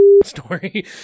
story